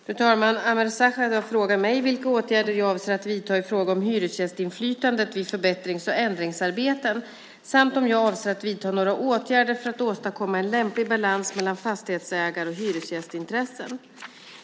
Fru talman! Ameer Sachet har frågat mig vilka åtgärder jag avser att vidta i fråga om hyresgästinflytandet vid förbättrings och ändringsarbeten samt om jag avser att vidta några åtgärder för att åstadkomma en lämplig balans mellan fastighetsägar och hyresgästintressen.